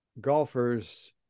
golfers